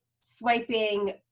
swiping